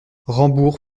rambourg